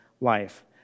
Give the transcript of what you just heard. life